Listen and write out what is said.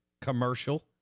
commercial